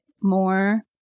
more